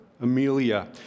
Amelia